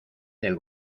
del